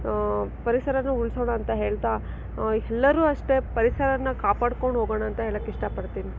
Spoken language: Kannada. ಪರಿಸರನ ಉಳಿಸೋಣ ಅಂತ ಹೇಳ್ತಾ ಎಲ್ಲರು ಅಷ್ಟೆ ಪರಿಸರನ್ನ ಕಾಪಾಡ್ಕೊಂಡೋಗೋಣ ಅಂತ ಹೇಳಕ್ಕೆ ಇಷ್ಟಪಡ್ತೀನಿ